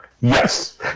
Yes